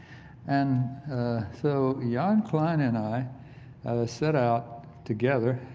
and so yeah jan klein and i set out together.